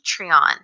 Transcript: Patreon